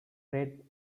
red